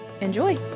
Enjoy